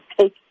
take